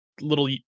little